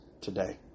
today